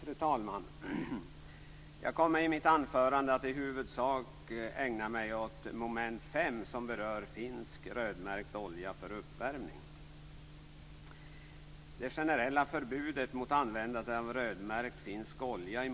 Fru talman! Jag kommer i mitt anförande att i huvudsak ägna mig åt mom. 5, som berör finsk rödmärkt olja för uppvärmning. 1 januari 1996.